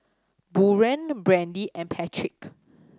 Buren Brandy and Patrick